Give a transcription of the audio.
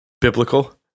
Biblical